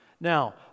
Now